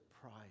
pride